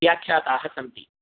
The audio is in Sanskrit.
व्याख्याताः सन्ति